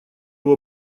его